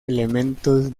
elementos